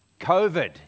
COVID